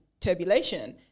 turbulation